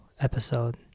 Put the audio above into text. episode